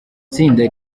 tsinda